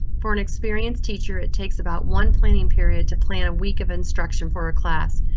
for an experienced teacher, it takes about one planning period to plan a week of instruction for a class.